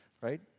right